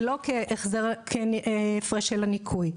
ולא כהפרש של הניכוי.